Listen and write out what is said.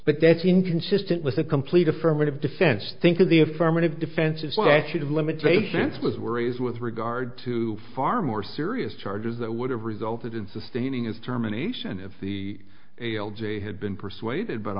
but that's inconsistent with a complete affirmative defense think of the affirmative defense is what should have limitations was worries with regard to far more serious charges that would have resulted in sustaining as terminations of the ails a had been persuaded but